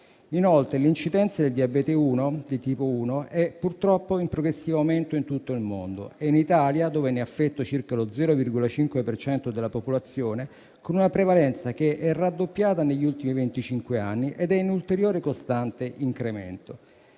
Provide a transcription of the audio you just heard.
Inoltre, l'incidenza del diabete di tipo 1 è purtroppo in progressivo aumento in tutto il mondo e in Italia, dove ne è affetto circa lo 0,5 per cento della popolazione, ha una prevalenza che è raddoppiata negli ultimi venticinque anni ed è in ulteriore e costante incremento.